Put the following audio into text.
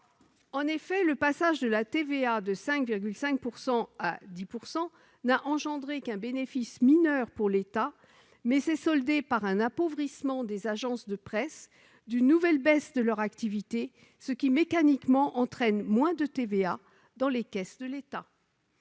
En effet, le passage de la TVA de 5,5 % à 10 % n'a entraîné qu'un bénéfice mineur pour l'État, mais s'est soldé par un appauvrissement des agences de presse et par une nouvelle baisse de leur activité, ce qui, mécaniquement, apporte moins de recettes de TVA dans les caisses de l'État.